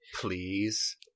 please